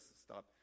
stop